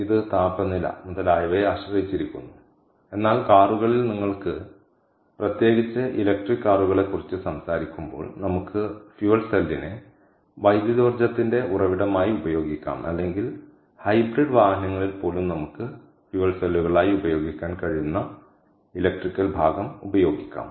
ഇത് താപനില മുതലായവയെ ആശ്രയിച്ചിരിക്കുന്നു എന്നാൽ കാറുകളിൽ നിങ്ങൾക്ക് പ്രത്യേകിച്ച് ഇലക്ട്രിക് കാറുകളെ കുറിച്ച് സംസാരിക്കുമ്പോൾ നമുക്ക് ഇന്ധന സെല്ലിനെ വൈദ്യുതോർജ്ജത്തിന്റെ ഉറവിടമായി ഉപയോഗിക്കാം അല്ലെങ്കിൽ ഹൈബ്രിഡ് വാഹനങ്ങളിൽ പോലും നമുക്ക് ഇന്ധന സെല്ലുകളായി ഉപയോഗിക്കാൻ കഴിയുന്ന ഇലക്ട്രിക്കൽ ഭാഗം ഉപയോഗിക്കാം